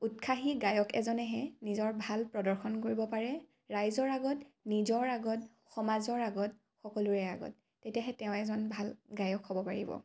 উৎসাহী গায়ক এজনেহে নিজৰ ভাল প্ৰদৰ্শন কৰিব পাৰে ৰাইজৰ আগত নিজৰ আগত সমাজৰ আগত সকলোৰে আগত তেতিয়াহে তেওঁ এজন ভাল গায়ক হ'ব পাৰিব